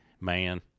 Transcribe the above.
man